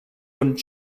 und